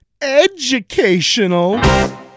educational